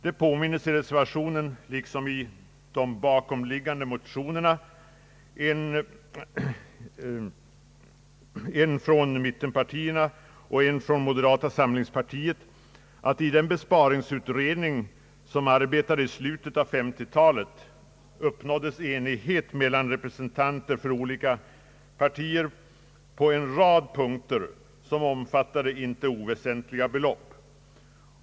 Det påminns i reservationen, liksom i de bakomliggande motionerna från mittenpartierna och moderata samlingspartiet, att i den besparingsutredning som arbetade i slutet av 1950 talet uppnåddes enighet mellan representanter för olika partier på en rad punkter, som omfattade inte oväsentliga belopp.